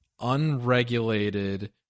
unregulated